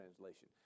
translation